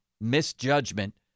misjudgment